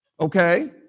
Okay